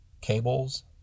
cables